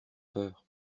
peur